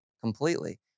completely